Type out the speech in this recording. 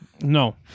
No